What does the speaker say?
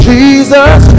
Jesus